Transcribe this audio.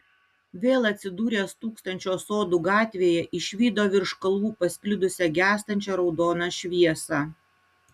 vėl atsidūręs tūkstančio sodų gatvėje išvydo virš kalvų pasklidusią gęstančią raudoną šviesą